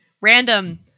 random